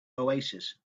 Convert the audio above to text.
oasis